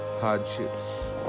hardships